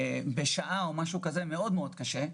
בשעה זה דבר מאוד קשה,